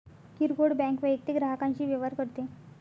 किरकोळ बँक वैयक्तिक ग्राहकांशी व्यवहार करते